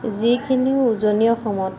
যিখিনি উজনি অসমত